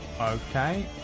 Okay